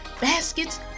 baskets